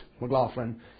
McLaughlin